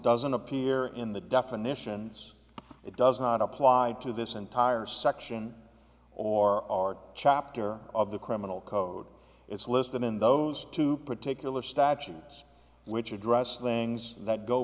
doesn't appear in the definitions it does not apply to this entire section or chapter of the criminal code it's listed in those two particular statutes which address things that go